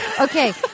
Okay